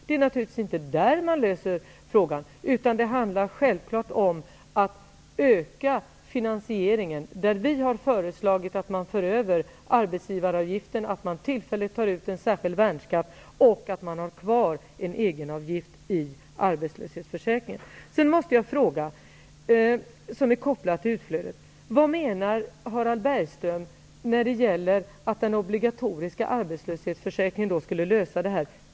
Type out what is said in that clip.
Det är naturligtvis inte det som är lösningen, utan det handlar självfallet om att öka finansieringen. Vi har föreslagit att man för över arbetsgivaravgiften, att man tillfälligt tar ut en särskild värnskatt och att man har kvar en egenavgift i arbetslöshetsförsäkringen. Sedan måste jag ställa en fråga, som är kopplad till utflödet: Vad menar Harald Bergström när det gäller att den obligatoriska arbetslöshetsförsäkringen skulle lösa det här?